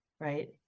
right